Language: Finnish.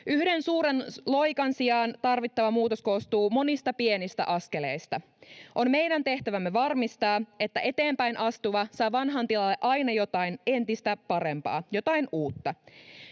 Yhden suuren loikan sijaan tarvittava muutos koostuu monista pienistä askeleista. On meidän tehtävämme varmistaa, että eteenpäin astuva saa vanhan tilalle aina jotain entistä parempaa, jotain uutta.